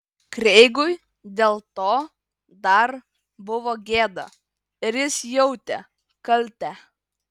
kreigui dėl to dar buvo gėda ir jis jautė kaltę